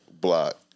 Block